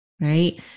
right